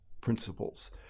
principles